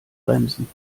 bremsen